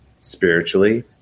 spiritually